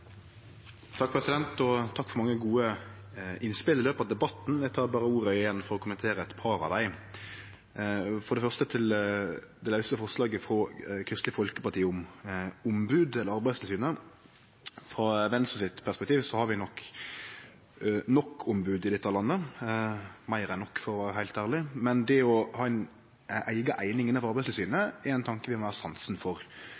Takk for mange gode innspel i løpet av debatten. Eg tek berre ordet igjen for å kommentere eit par av dei. For det første til det lause forslaget frå Kristeleg Folkeparti om ombod eller Arbeidstilsynet: Frå Venstres perspektiv har vi nok ombod i dette landet – meir enn nok, for å vere heilt ærleg. Men det å ha ei eiga eining innanfor Arbeidstilsynet er ein tanke vi har meir sansen for.